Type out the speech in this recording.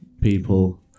people